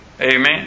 Amen